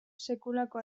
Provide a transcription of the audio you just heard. sekulako